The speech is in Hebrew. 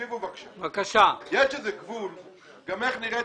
יש גבול גם איך נראית